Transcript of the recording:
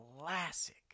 classic